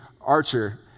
archer